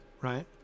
right